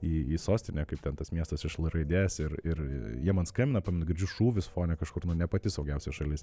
į į sostinę kaip ten tas miestas iš l raidės ir ir jie man skambina girdžiu šūvius fone kažkur nu ne pati saugiausia šalis